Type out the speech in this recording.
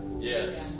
Yes